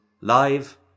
live